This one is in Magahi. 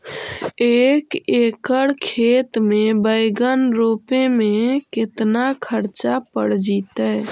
एक एकड़ खेत में बैंगन रोपे में केतना ख़र्चा पड़ जितै?